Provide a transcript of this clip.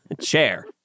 Chair